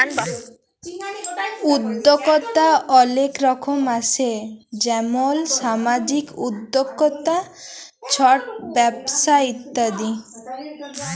উদ্যক্তা অলেক রকম আসে যেমল সামাজিক উদ্যক্তা, ছট ব্যবসা ইত্যাদি